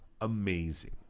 Amazing